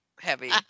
heavy